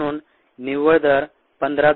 म्हणून निव्वळ दर 15